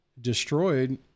destroyed